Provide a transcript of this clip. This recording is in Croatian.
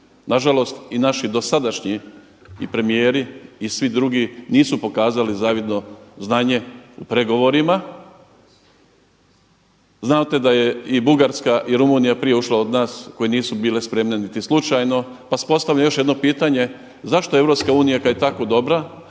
Nažalost i naši dosadašnji premijeri i svi drugi nisu pokazali zavidno znanje u pregovorima. Znate da je i Bugarska i Rumunija prije ušla od nas koje nisu bile spremne niti slučajno, pa se postavlja još jedno pitanje zašto EU kada je tako dobra